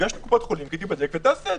גש לקופת חולים, תיבדק ותעשה את זה.